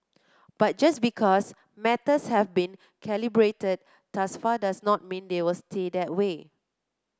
but just because matters have been calibrated thus far does not mean they will stay that way